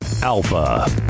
Alpha